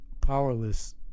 powerless